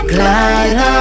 Glide